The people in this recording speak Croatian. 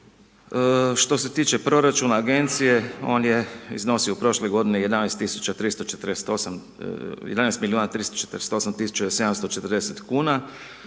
Što se tiče proračuna agencije on je iznosio u prošloj godini 11 tisuća 348, 11 milijuna